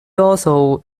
also